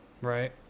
Right